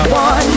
one